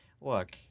Look